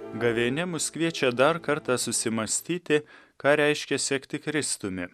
gavėnia mus kviečia dar kartą susimąstyti ką reiškia sekti kristumi